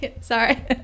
Sorry